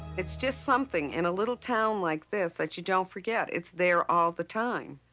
it's just something, in a little town like this, that you don't forget. it's there all the time.